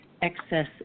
Excess